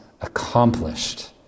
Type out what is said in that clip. accomplished